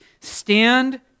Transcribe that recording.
Stand